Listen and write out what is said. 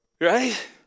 Right